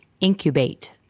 incubate